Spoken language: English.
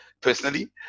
Personally